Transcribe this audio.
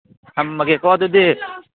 ꯊꯝꯃꯒꯦꯀꯣ ꯑꯗꯨꯗꯤ